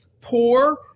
poor